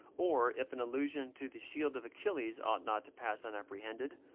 or if an allusion to the shield of achilles ought not to pass unapprehended,